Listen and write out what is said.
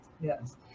Yes